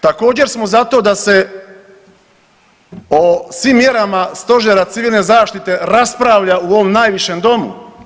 Također smo za to da se o svim mjerama stožera civilne zaštite raspravlja u ovom najvišem domu.